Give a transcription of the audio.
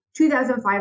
2005